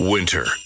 Winter